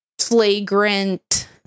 flagrant